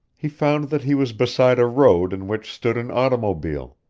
he found that he was beside a road in which stood an automobile.